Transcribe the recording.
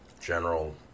general